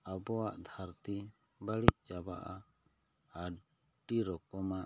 ᱟᱵᱚᱣᱟᱜ ᱫᱷᱟᱹᱨᱛᱤ ᱵᱟᱹᱲᱤᱡ ᱪᱟᱵᱟᱜᱼᱟ ᱟᱹᱰᱤ ᱨᱚᱠᱚᱢᱟᱜ